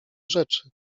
rzeczy